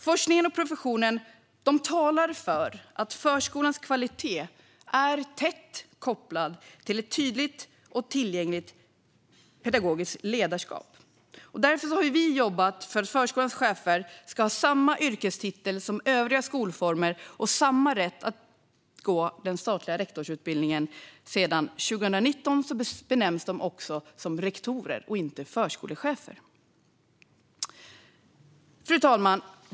Forskningen och professionen talar för att förskolans kvalitet är tätt kopplad till ett tydligt och tillgängligt pedagogiskt ledarskap. Därför har vi jobbat för att förskolans chefer ska ha samma yrkestitel som chefer i övriga skolformer och samma rätt att gå den statliga rektorsutbildningen. Sedan 2019 benämns de också som rektorer och inte som förskolechefer. Fru talman!